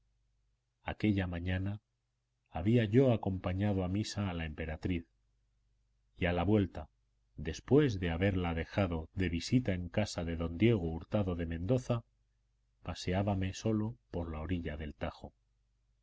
aquella mañana había yo acompañado a misa a la emperatriz y a la vuelta después de haberla dejado de visita en casa de don diego hurtado de mendoza paseábame solo por la orilla del tajo